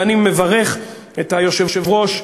ואני מברך את היושב-ראש,